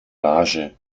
rage